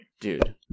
dude